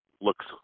looks